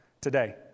today